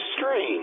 strange